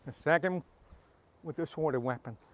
second with your shorter weapon.